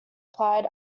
applied